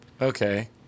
Okay